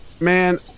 Man